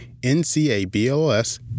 ncabls